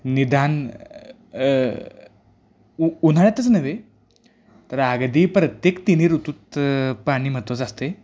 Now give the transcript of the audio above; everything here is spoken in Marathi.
निदान ऊ उन्हाळ्यातच नव्हे तर आगदी प्रत्येक तीन्ही ऋतूत पाणी महत्त्वाचं असतंय